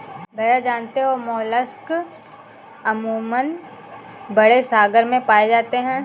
भैया जानते हैं मोलस्क अमूमन बड़े सागर में पाए जाते हैं